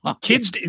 kids